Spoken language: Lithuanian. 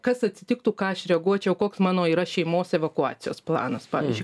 kas atsitiktų ką aš reaguočiau koks mano yra šeimos evakuacijos planas pavyzdžiui